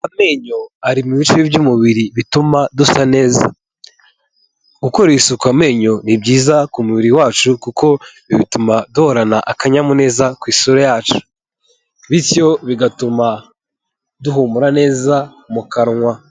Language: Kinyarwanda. Amenyo ari mu bice by'umubiri bituma dusa neza. Gukorera isuku amenyo ni byiza ku mubiri wacu kuko ibi bituma duhorana akanyamuneza ku isura yacu, bityo bigatuma duhumura neza mu kanwa.